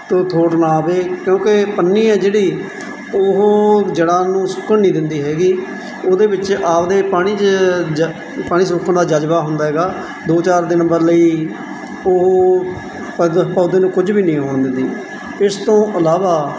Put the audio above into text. ਤੋਂ ਥੋੜ੍ਹ ਨਾ ਆਵੇ ਕਿਉਂਕਿ ਪੰਨੀ ਹੈ ਜਿਹੜੀ ਉਹ ਜੜ੍ਹਾਂ ਨੂੰ ਸੁੱਕਣ ਨਹੀਂ ਦਿੰਦੀ ਹੈਗੀ ਉਹਦੇ ਵਿੱਚ ਆਪਦੇ ਪਾਣੀ 'ਚ ਜ ਪਾਣੀ ਸੁੱਕਣ ਦਾ ਜਜ਼ਬਾ ਹੁੰਦਾ ਹੈਗਾ ਦੋ ਚਾਰ ਦਿਨ ਬਰ ਲਈ ਉਹ ਪੌਦ ਪੌਦੇ ਨੂੰ ਕੁਝ ਵੀ ਨਹੀਂ ਹੋਣ ਦਿੰਦੀ ਇਸ ਤੋਂ ਇਲਾਵਾ